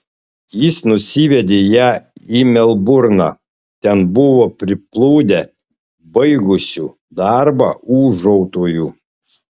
jis nusivedė ją į melburną ten buvo priplūdę baigusių darbą ūžautojų